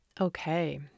Okay